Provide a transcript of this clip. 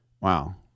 Wow